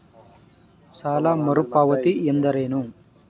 ಸಾಲ ಮರುಪಾವತಿ ಎಂದರೇನು?